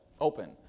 open